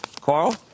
Carl